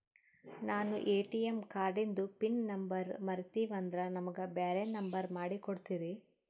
ನಾನು ಎ.ಟಿ.ಎಂ ಕಾರ್ಡಿಂದು pin number ಮರತೀವಂದ್ರ ನಮಗ ಬ್ಯಾರೆ ನಂಬರ್ ಮಾಡಿ ಕೊಡ್ತೀರಿ?